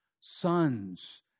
sons